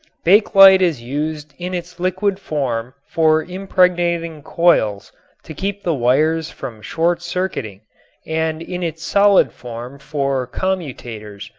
bakelite is used in its liquid form for impregnating coils to keep the wires from shortcircuiting and in its solid form for commutators,